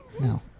No